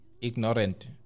ignorant